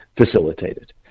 facilitated